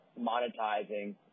monetizing